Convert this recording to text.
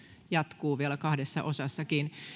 jatkuu vielä kahdessakin osassa